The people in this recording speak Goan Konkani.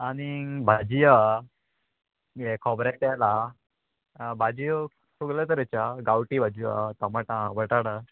आनी भाजी आहा हे खोबरे तेल आहा भाजयो सगळ्यो तरेच्यो आहा गांवठी भाजी आहा टमाटां बटाटा